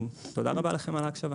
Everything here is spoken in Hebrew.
תודה רבה לכם על ההקשבה.